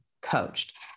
coached